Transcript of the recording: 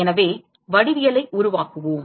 எனவே வடிவியலை உருவாக்குவோம்